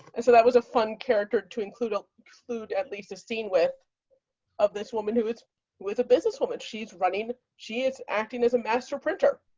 and so that was a fun character to include a food at least a scene with of this woman who was with a businesswoman. she's running. she is acting as a master printer.